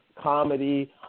comedy